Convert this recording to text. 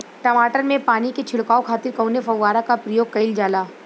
टमाटर में पानी के छिड़काव खातिर कवने फव्वारा का प्रयोग कईल जाला?